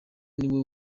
niwe